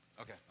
Okay